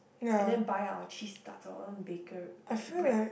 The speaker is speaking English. and then buy our cheese tarts our some baker like bread